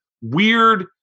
weird